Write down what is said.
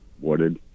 wooded